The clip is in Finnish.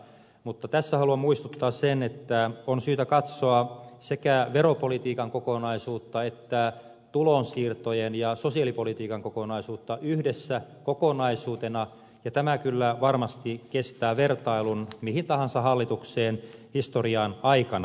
mutta tässä haluan muistuttaa siitä että on syytä katsoa sekä veropolitiikan kokonaisuutta että tulonsiirtojen ja sosiaalipolitiikan kokonaisuutta yhdessä kokonaisuutena ja tämä kyllä varmasti kestää vertailun mihin tahansa hallitukseen historian aikana